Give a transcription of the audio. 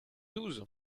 douze